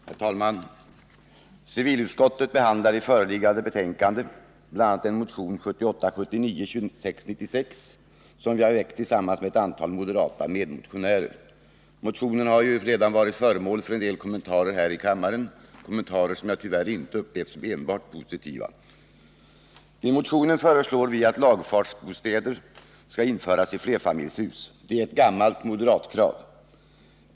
Herr talman! Civilutskottet behandlar i föreliggande betänkande bl.a. en motion, nr 1978/79:2696, som jag väckt tillsammans med ett antal moderata medmotionärer. Motionen har redan varit föremål för en del kommentarer här i kammaren, kommentarer som jag tyvärr inte upplevde som enbart positiva. I motionen föreslår vi införande av lagfartsbostäder i flerfamiljshus. Det är ett gammalt moderatkrav.